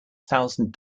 thousand